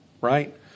right